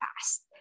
past